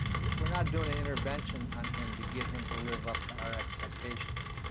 w-we're not doin' an intervention on him to get him to live up to our expectations.